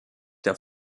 der